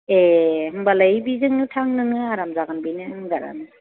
ए होम्बालाय बेजोंनो थां नोङो आराम जागोन बेनो विंगारानो